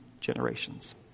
generations